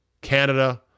Canada